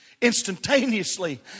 instantaneously